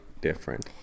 different